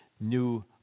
new